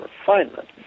refinement